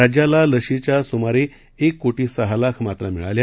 राज्याला लशीच्या सुमारे एक कोटी सहा लाख मात्रा मिळाल्या